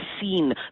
seen